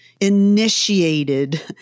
initiated